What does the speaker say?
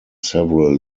several